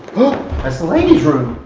that's the ladies room!